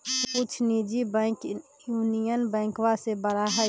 कुछ निजी bank Union बैंकवा से बड़ा हई